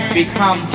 become